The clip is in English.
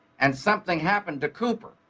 and something happened to cooper.